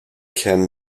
can